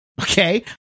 okay